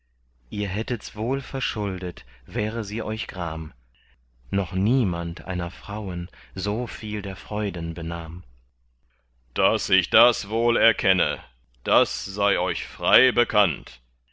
ihr hättets wohl verschuldet wäre sie euch gram noch niemand einer frauen so viel der freuden benahm daß ich das wohl erkenne das sei euch frei bekannt